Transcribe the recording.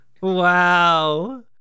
Wow